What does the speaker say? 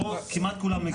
כמעט כולם מגיעים.